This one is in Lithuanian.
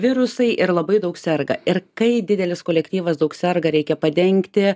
virusai ir labai daug serga ir kai didelis kolektyvas daug serga reikia padengti